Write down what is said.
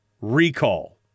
recall